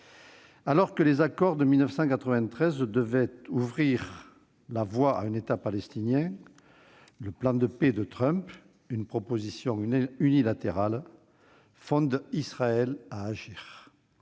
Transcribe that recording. Alors que les accords de 1993 devaient ouvrir la voie à un État palestinien, le plan de paix de Trump- une proposition unilatérale -fonde Israël à agir.